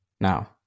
Now